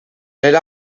elle